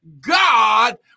God